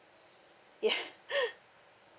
ya